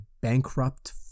bankrupt